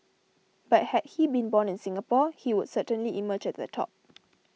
but had he been born in Singapore he would certainly emerge at the top